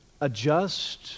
adjust